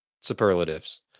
superlatives